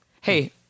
Hey